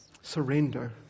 Surrender